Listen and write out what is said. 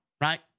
right